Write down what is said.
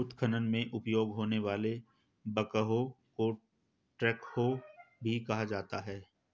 उत्खनन में उपयोग होने वाले बैकहो को ट्रैकहो भी कहा जाता है